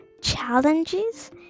challenges